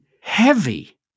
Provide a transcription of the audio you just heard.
heavy